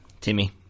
Timmy